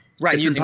Right